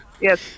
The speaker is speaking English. Yes